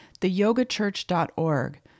theyogachurch.org